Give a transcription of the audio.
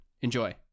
Enjoy